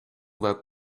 that